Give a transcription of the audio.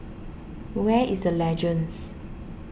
where is the Legends